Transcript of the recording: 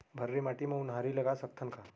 भर्री माटी म उनहारी लगा सकथन का?